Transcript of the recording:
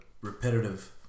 repetitive